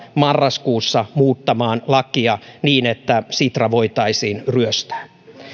marraskuussa muuttamaan lakia niin että sitra voitaisiin ryöstää